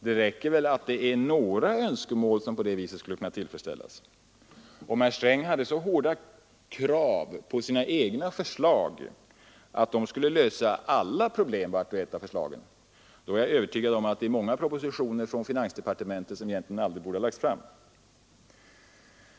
Det räcker väl med att det är några önskemål som på det viset skulle kunna tillfredsställas? Om herr Sträng hade så stränga krav på sina egna förslag att vart och ett av dem skulle lösa alla problem är jag övertygad om att många propositioner från finansdepartementet aldrig borde ha lagts fram.